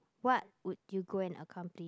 what would you go and accomplish